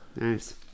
Nice